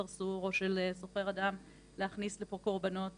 או ניסיון של סרסור או של סוחר אדם להכניס לפה קורבנות